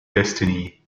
destiny